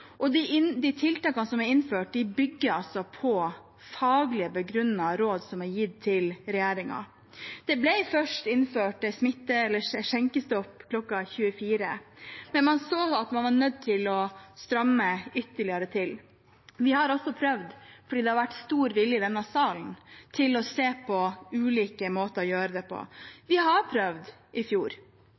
er innført, bygger altså på faglig begrunnede råd som er gitt til regjeringen. Det ble først innført skjenkestopp klokka 24, men man så at man var nødt til å stramme ytterligere til. Vi har altså prøvd, fordi det har vært stor vilje i denne salen til å se på ulike måter å gjøre det på. Vi har prøvd, i fjor,